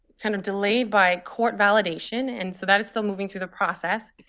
kind of delayed by court validation. and so that is still moving through the process.